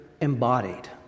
embodied